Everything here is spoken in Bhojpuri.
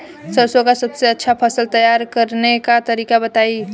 सरसों का सबसे अच्छा फसल तैयार करने का तरीका बताई